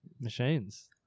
machines